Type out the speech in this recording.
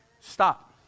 Stop